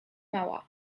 mała